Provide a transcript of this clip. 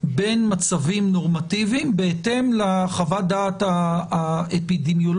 בין מצבים נורמטיביים בהתאם לחוות דעת האפידמיולוגית